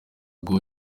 bwo